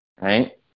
Right